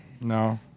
No